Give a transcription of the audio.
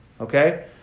okay